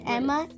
Emma